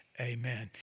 amen